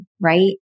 right